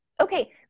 Okay